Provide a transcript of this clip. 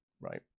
right